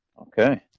Okay